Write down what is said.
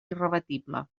irrebatible